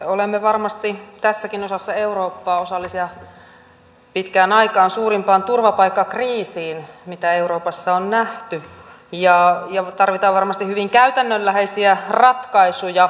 olemme varmasti tässäkin osassa eurooppaa osallisia pitkään aikaan suurimpaan turvapaikkakriisiin mitä euroopassa on nähty ja tarvitaan varmasti hyvin käytännönläheisiä ratkaisuja